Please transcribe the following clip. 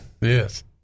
Yes